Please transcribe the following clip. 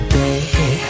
day